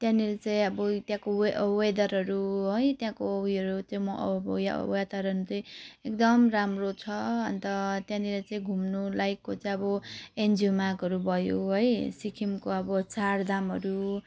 त्यहाँनिर चाहिँ अब त्यहाँको वे वेदरहरू है त्यहाँको उयोहरू त्यो म अब उयो वातावरण चाहिँ एकदम राम्रो छ अन्त त्यहाँनिर चाहिँ घुम्नलायकको चाहिँ अब एमजी मार्गहरू भयो है सिक्किमको अब चार धामहरू